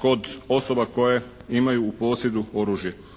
kod osoba koje imaju u posjedu oružje.